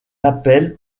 appel